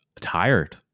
tired